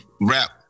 rap